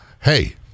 hey